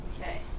Okay